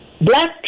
black